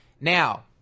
Now